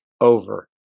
over